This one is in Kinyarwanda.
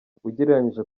ugereranyije